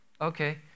Okay